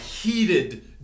heated